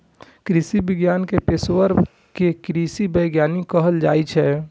कृषि विज्ञान के पेशवर कें कृषि वैज्ञानिक कहल जाइ छै